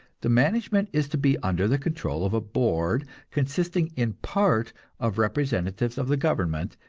the management is to be under the control of a board consisting in part of representatives of the government,